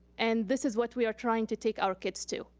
and this is what we are trying to take our kids to.